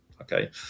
Okay